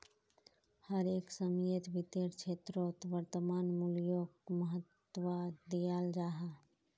हर एक समयेत वित्तेर क्षेत्रोत वर्तमान मूल्योक महत्वा दियाल जाहा